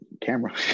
Camera